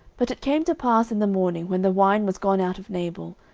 but it came to pass in the morning, when the wine was gone out of nabal,